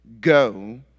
Go